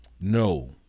No